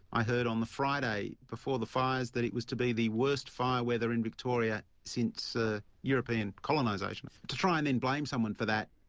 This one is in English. i heard on the friday before the fires that it was to be the worst fire weather in victoria since ah european colonisation. to try and then blame someone for that,